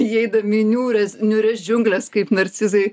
įeidami į niūrias niūrias džiungles kaip narcizai